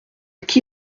qui